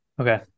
Okay